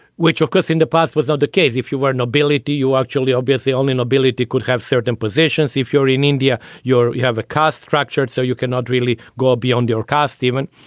which of course in the past was not the case. if you were nobility, you actually obviously only nobility could have certain positions. if you're in india your you have a cost structure, so you cannot really go beyond your costs, stephen.